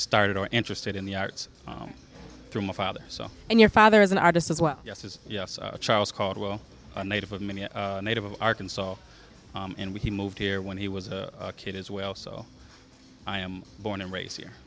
started or interested in the arts through my father so and your father is an artist as well yes is yes charles caldwell a native of many a native of arkansas and when he moved here when he was a kid as well so i am born and raised here